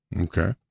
okay